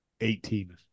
eighteen